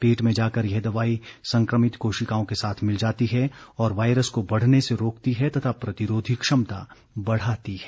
पेट में जाकर यह दवाई संक्रमित कोशिकाओं के साथ मिल जाती है और वायरस को बढ़ने से रोकती है तथा प्रतिरोधी क्षमता बढाती है